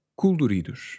coloridos